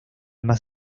más